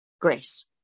grace